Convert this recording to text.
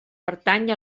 pertany